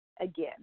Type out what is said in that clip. again